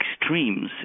extremes